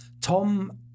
Tom